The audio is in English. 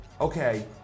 okay